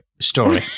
story